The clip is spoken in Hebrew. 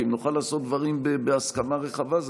כי אם נוכל לעשות דברים בהסכמה רחבה זה